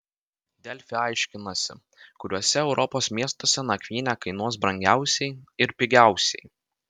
delfi aiškinasi kuriuose europos miestuose nakvynė kainuos brangiausiai ir pigiausiai